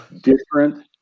different